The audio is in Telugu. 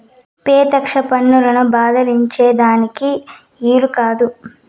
పెత్యెక్ష పన్నులను బద్దలాయించే దానికి ఈలు కాదు